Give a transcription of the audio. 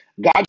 God